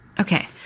Okay